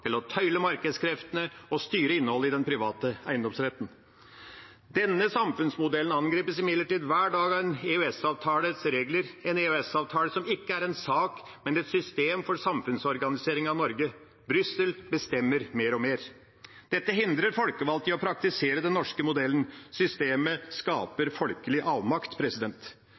til å tøyle markedskreftene og styre innholdet i den private eiendomsretten. Denne samfunnsmodellen angripes imidlertid hver dag av EØS-avtalens regler – en EØS-avtale som ikke er en sak, men et system for samfunnsorganiseringen av Norge. Brussel bestemmer mer og mer. Dette hindrer folkevalgte i å praktisere den norske modellen. Systemet skaper folkelig avmakt.